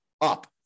up